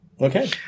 Okay